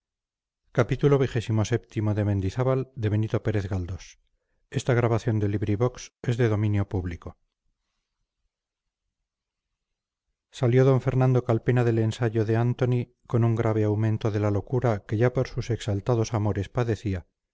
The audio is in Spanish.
salió d fernando calpena del ensayo de antony con un grave aumento de la locura que ya por sus exaltados amores padecía